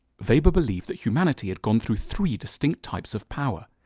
weber believed that humanity had gone through three distinct types of power.